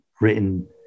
written